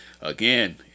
again